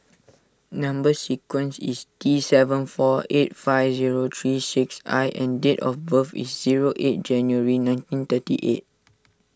Number Sequence is T seven four eight five zero three six I and date of birth is zero eight January nineteen thirty eight